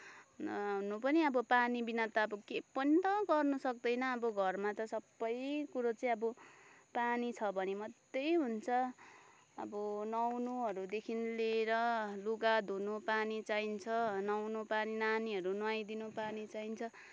हुन पनि अब पानीबिना त अब केही पनि त गर्न सक्दैन अब घरमा चाहिँ सबै कुरो चाहिँ अब पानी छ भने मात्रै हुन्छ अब नुहाउनुहरूदेखि लिएर लुगा धुनु पानी चाहिन्छ नुहाउनु पानी नानीहरू नुहाइदिन पानी चाहिन्छ